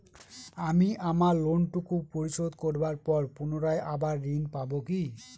আমি আমার লোন টুকু পরিশোধ করবার পর পুনরায় আবার ঋণ পাবো কি?